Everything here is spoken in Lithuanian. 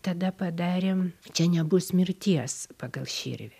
tada padarėm čia nebus mirties pagal širvį